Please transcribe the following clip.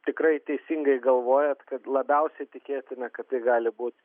tikrai teisingai galvojat kad labiausiai tikėtina kad tai gali būt